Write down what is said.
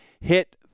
hit